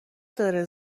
داره